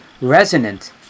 resonant